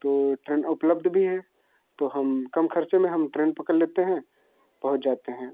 तो ट्रेन उपलब्ध भी है तो हम कम ख़र्चे में हम ट्रेन पकड़ लेते हैं पहुँच जाते हैं